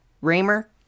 Raymer